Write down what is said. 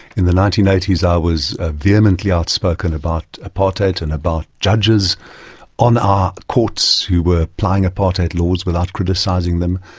in the nineteen eighty s i was ah vehemently outspoken about apartheid and about judges on our courts who were applying apartheid laws without criticising them.